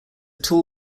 tall